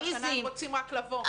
והשנה הם רוצים רק לבוא.